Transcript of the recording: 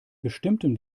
bestimmten